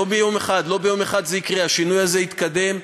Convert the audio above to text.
לא ביום אחד זה יקרה, השינוי הזה יתקדם.